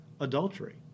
adultery